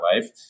life